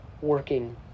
working